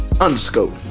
underscore